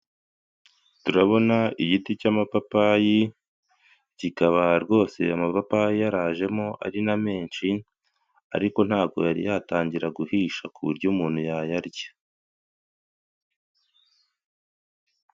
Turabona igiti cy'amapapayi kikabaha rwose amapa yarajemo ari na menshi, ariko ntago yari yatangira guhisha ku buryo umuntu yayarya.